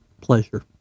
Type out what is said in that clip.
pleasure